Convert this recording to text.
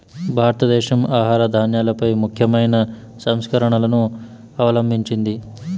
భారతదేశం ఆహార ధాన్యాలపై ముఖ్యమైన సంస్కరణలను అవలంభించింది